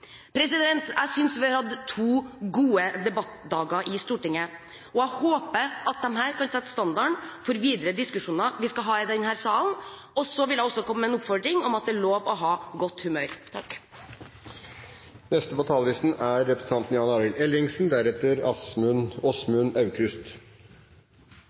Jeg synes at vi har hatt to gode debattdager i Stortinget. Jeg håper at disse kan sette standarden for videre diskusjoner vi skal ha i denne salen. Jeg vil også komme med en oppfordring om at det er lov å ha godt humør.